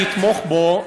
אני אתמוך בו,